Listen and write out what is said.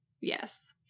Yes